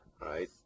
right